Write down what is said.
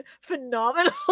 phenomenal